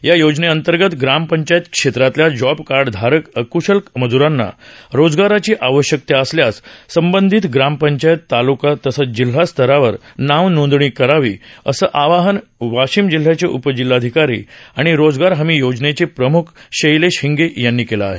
या योजने अंतर्गत ग्रामपंचायत क्षेत्रातल्या जॉबकार्डधारक अकशल मजुरांनी रोजगाराची आवश्यकता असल्यास संबंधित ग्रामपंचायत तालुका तसंच जिल्हा स्तरावर नाव नोंदणी करावी असं आवाहन वाशिम जिल्ह्याचे उपजिल्हाधिकारी आणि रोहयोचे प्रमुख शैलेश हिंगे यांनी केलं आहे